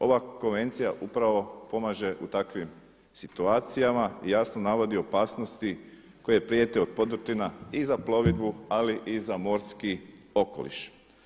Ova konvencija upravo pomaže u takvim situacijama i jasno navodi opasnosti koje prijete od podrtina i za plovidbu, ali i za morski okoliš.